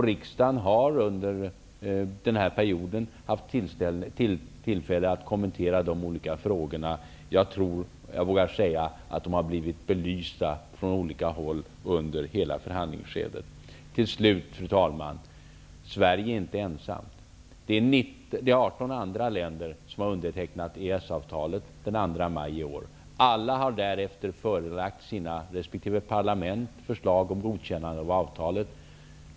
Riksdagen har också under den här perioden haft tillfälle att kommentera de olika frågorna. Jag tror att jag vågar säga att de har blivit belysta från olika håll under hela förhandlingsskedet. Till sist. Fru talman! Sverige är är inte ensamt. Den 2 maj i år undertecknade vi och 18 andra länder EES-avtalet. I alla dessa länder har därefter förslag om godkännande av avtalet framlagts i resp. parlament.